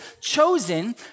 chosen